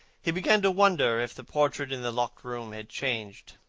he began to wonder if the portrait in the locked room had changed.